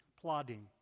plodding